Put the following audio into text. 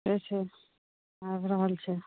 ठिके छै आबि रहल छै